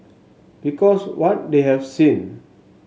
because what they have seen